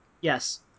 Yes